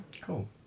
Cool